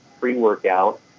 pre-workout